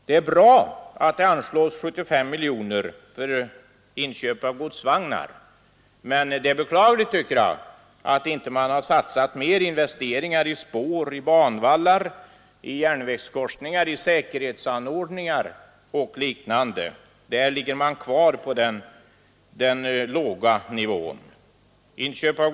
Det är bra att 75 miljoner kronor anslås för inköp av godsvagnar, men jag tycker det är beklagligt att man inte har satsat mera på investeringar i spår, banvallar, järnvägskorsningar, säkerhetsanordningar och liknande saker utan där ligger kvar på samma låga nivå som tidigare.